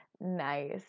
nice